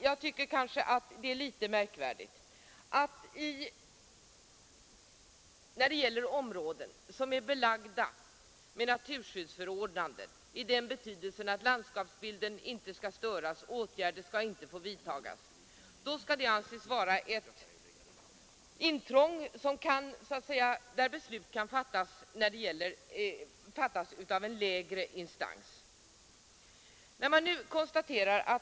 Jag tycker att det är märkligt att beslut om intrång i områden som är belagda med naturskyddsförordnande i betydelsen att åtgärder som stör landskapsbilden inte får vidtas skall kunna fattas av en lägre instans.